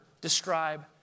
describe